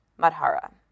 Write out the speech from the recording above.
Madhara